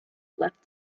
left